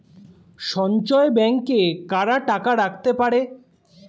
সঞ্চয় ব্যাংকে কারা টাকা রাখতে পারে?